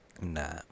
nah